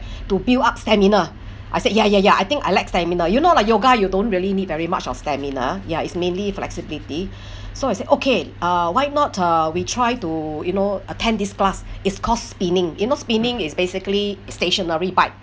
to build up stamina I said ya ya ya I think I like stamina you know like yoga you don't really need very much of stamina ya it's mainly flexibility so I said okay uh why not uh we try to you know attend this class it's called spinning you know spinning is basically stationary bike